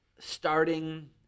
Starting